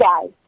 guys